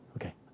Okay